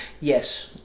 Yes